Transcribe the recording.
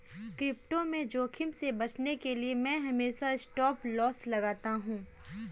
crypto में जोखिम से बचने के लिए मैं हमेशा स्टॉपलॉस लगाता हूं